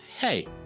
hey